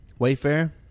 Wayfair